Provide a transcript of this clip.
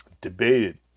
debated